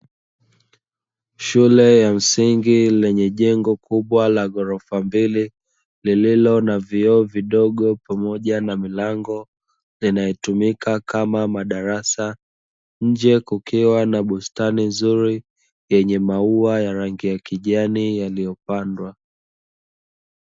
Shule ya msingi lenye jengo kubwa la ghorofa mbili lililo na vioo vidogo pamoja na milango, inayotumika kama madarasa nje kukiwa na bustani nzuri yenye mauwa ya rangi ya kijani yaliyopandwa.